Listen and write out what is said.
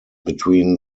between